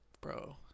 Bro